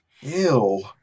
Ew